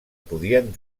podien